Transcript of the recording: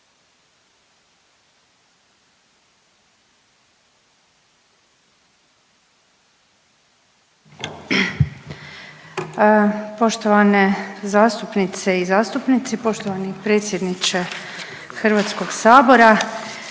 Poštovane zastupnice i zastupnici, poštovani predsjedniče Hrvatskog sabora